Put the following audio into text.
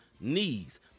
knees